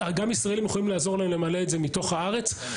גם ישראלים יכולים לעזור להם למלא את זה מתוך הארץ.